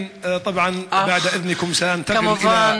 כמובן,